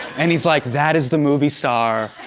and he's like, that is the movie star.